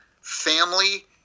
family